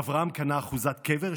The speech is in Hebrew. אברהם קנה אחוזת קבר,